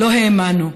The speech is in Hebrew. לא האמנו.